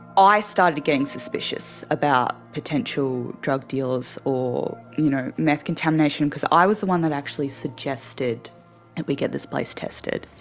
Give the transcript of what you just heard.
i started getting suspicious about potential drug dealers or you know meth contamination because i was the one that actually suggested that we get this place tested.